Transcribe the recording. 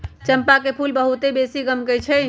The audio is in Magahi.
चंपा के फूल बहुत बेशी गमकै छइ